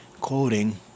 quoting